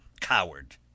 coward